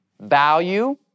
value